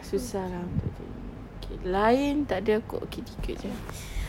susah lah untuk terima okay lain tak ada kot okay tiga saja